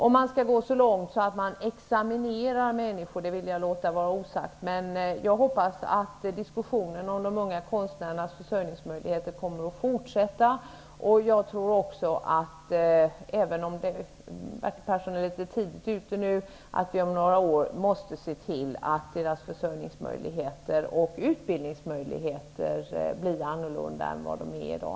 Om man skall gå så långt som att examinera människor vill jag låta vara osagt. Men jag hoppas att diskussionen om de unga konstnärernas försörjningmöjligheter kommer att fortsätta. Jag tror också, även om Bertil Persson är litet tidigt ute, att vi om några år måste se till att deras försörjningsmöjligheter och utbildningsmöjligheter blir annorlunda än vad de är i dag.